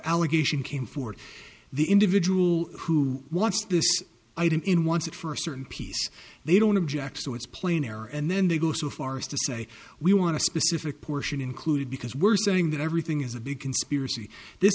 allegation came forward the individual who wants this item in wants it for a certain piece they don't object to it's plain air and then they go so far as to say we want to specific portion included because we're saying that everything is a big conspiracy this